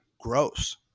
gross